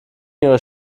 ihrer